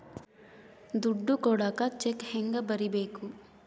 ದುಡ್ಡು ಕೊಡಾಕ ಚೆಕ್ ಹೆಂಗ ಬರೇಬೇಕು?